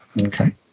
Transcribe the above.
okay